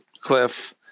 Cliff